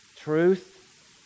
Truth